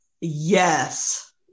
Yes